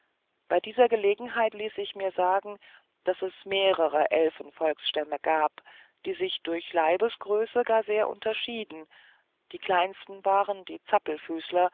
bei dieser gelegenheit ließ ich mir sagen daß es mehrere elfenvolksstämme gebe die sich durch leibesgröße gar sehr unterscheiden die kleinsten wären die